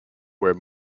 were